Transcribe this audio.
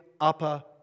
upper